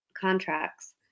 contracts